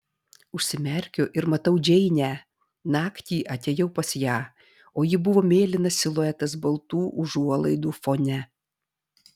užsimerkiu ir matau džeinę naktį atėjau pas ją o ji buvo mėlynas siluetas baltų užuolaidų fone